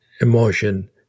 emotion